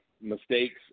mistakes